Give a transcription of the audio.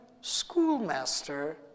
schoolmaster